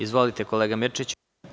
Izvolite, kolega Mirčiću.